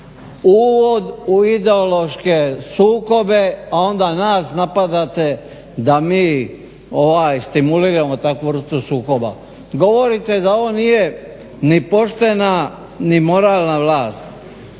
uvod u ideološke sukobe, a onda nas napadate da mi stimuliramo takvu vrstu sukoba. Govorite da ovo nije ni poštena, ni moralna vlast,